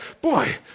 Boy